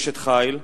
אשת חיל,